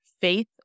Faith